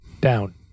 down